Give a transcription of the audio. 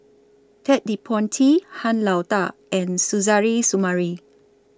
Ted De Ponti Han Lao DA and Suzairhe Sumari